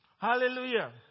Hallelujah